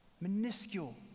minuscule